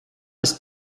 ist